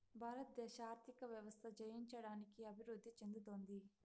భారతదేశ ఆర్థిక వ్యవస్థ జయించడానికి అభివృద్ధి చెందుతోంది